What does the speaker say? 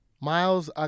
Miles